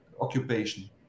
occupation